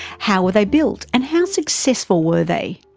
how were they built and how successful were they?